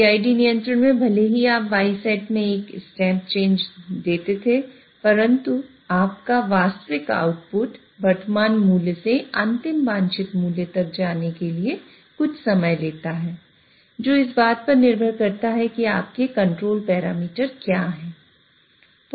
PID नियंत्रण में भले ही आप yset मैं एक स्टेप चेंज दिया था परंतु आपका वास्तविक आउटपुट वर्तमान मूल्य से अंतिम वांछित मूल्य तक जाने के लिए कुछ समय लेता है जो इस बात पर निर्भर करता है कि आपके कंट्रोलर पैरामीटर क्या है